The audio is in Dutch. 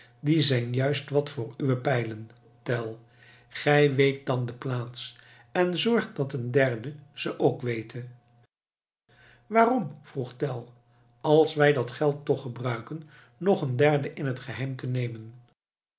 die zijn juist wat voor uwe pijlen tell gij weet dan de plaats en zorgt dat een derde ze ook wete waarom vroeg tell als wij dat geld toch gebruiken nog een derde in het geheim te nemen